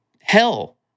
hell